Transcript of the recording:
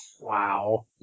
Wow